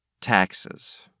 taxes